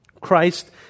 Christ